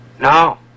No